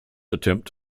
attempt